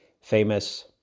famous